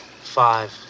Five